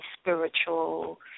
spiritual